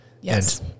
Yes